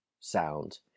sound